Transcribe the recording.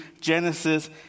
Genesis